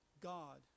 God